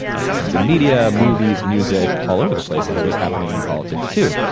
it happens in media movies music all over the place. and it was happening in politics too.